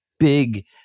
big